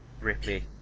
Ripley